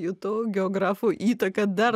jutau geografų įtaką dar